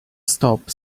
stop